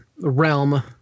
realm